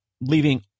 leaving